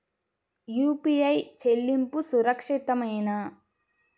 UPI చెల్లింపు సురక్షితమేనా?